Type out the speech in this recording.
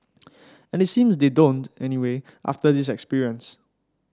and it seems they don't anyway after this experience